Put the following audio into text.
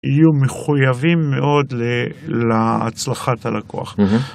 יהיו מחויבים מאוד להצלחת הלקוח.